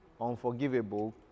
Unforgivable